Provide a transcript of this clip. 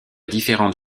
différentes